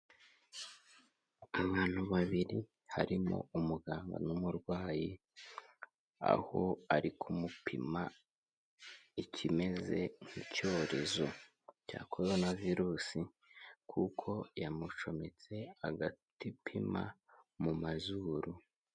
Abantu babiri harimo umuganga n'umurwayi, aho ari kumupima ikimeze nk'cyorezo cya Korona virusi kuko yamucometse agatipima mu mazuru.